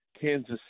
Kansas